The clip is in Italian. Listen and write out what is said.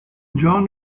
john